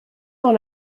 dans